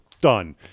done